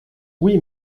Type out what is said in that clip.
oui